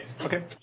okay